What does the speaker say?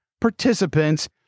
participants